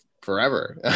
forever